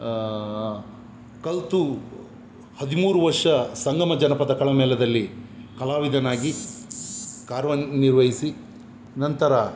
ಕಲಿತು ಹದಿಮೂರು ವರ್ಷ ಸಂಗಮ ಜನಪದ ಕಲಾ ಮೇಳದಲ್ಲಿ ಕಲಾವಿದನಾಗಿ ಕಾರ್ಯ ನಿರ್ವಹಿಸಿ ನಂತರ